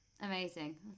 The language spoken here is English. amazing